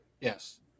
Yes